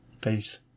peace